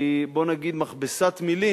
היא, בוא נגיד, מכבסת מלים.